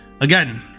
Again